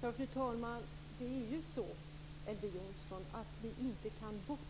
Fru talman! Vi kan inte bortse, Elver Jonsson,